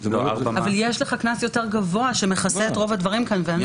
אבל יש לך קנס גבוה שכבר מכסה את רוב הדברים בסעיף הזה.